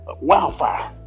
wildfire